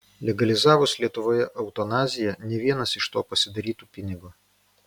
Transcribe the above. legalizavus lietuvoje eutanaziją ne vienas iš to pasidarytų pinigo